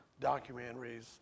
documentaries